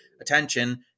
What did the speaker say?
attention